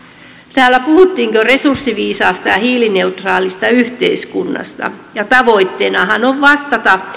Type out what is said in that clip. täällä puhuttiinkin jo resurssiviisaasta ja hiilineutraalista yhteiskunnasta ja tavoitteenahan on vastata